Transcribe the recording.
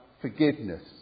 forgiveness